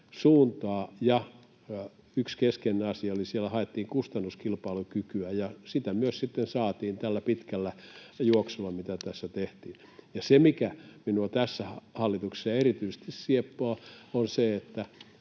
suuntaa. Yhtenä keskeisenä asiana haettiin kustannuskilpailukykyä, ja sitä myös sitten saatiin tällä pitkällä juoksulla, mitä tässä tehtiin. Se, mikä minua tässä hallituksessa erityisesti sieppaa, on se, että